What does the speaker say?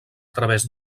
través